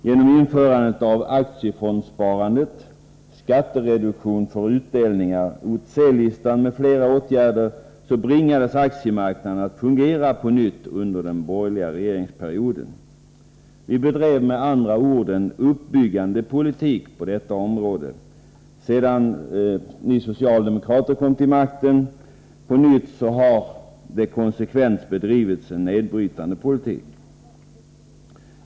Genom införandet av aktiefondssparandet, skattereduktion för utdelningar, OTC-listan m.fl. åtgärder bringades aktiemarknaden att fungera på nytt under den borgerliga regeringsperioden. Vi bedrev med andra ord en uppbyggande politik på detta område. Sedan ni socialdemokrater kom till makten på nytt har det konsekvent bedrivits en nedbrytande politk.